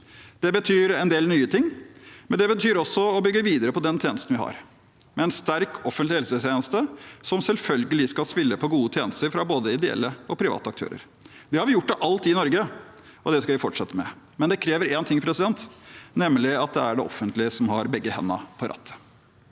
Det betyr en del nye ting, men det betyr også å bygge videre på den tjenesten vi har, med en sterk offentlig helsetjeneste, som selvfølgelig skal spille på gode tjenester fra både ideelle og private aktører. Det har vi gjort til alle tider i Norge, og det skal vi fortsette med, men det krever én ting, nemlig at det er det offentlige som har begge hendene på rattet.